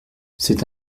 c’est